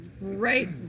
right